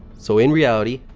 so, in reality,